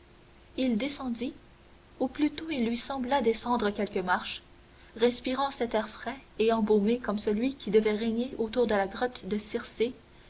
il descendit ou plutôt il lui sembla descendre quelques marches respirant cet air frais et embaumé comme celui qui devait régner autour de la grotte de circé